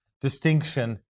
distinction